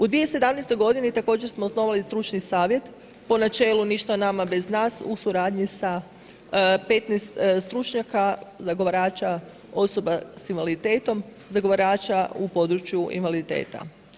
U 2017. godini također smo osnovali Stručni savjet po načelu „Ništa nama bez nas“ u suradnji sa 15 stručnjaka zagovarača osoba s invaliditetom, zagovarača u području invaliditeta.